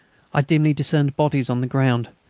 i dimly discerned bodies on the ground,